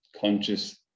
conscious